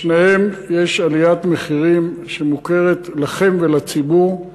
בשתי אלה יש עליית מחירים, שמוכרת לכם ולציבור.